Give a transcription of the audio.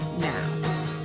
now